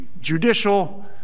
judicial